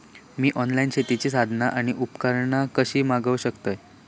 मी online शेतीची साधना आणि उपकरणा कशी मागव शकतय?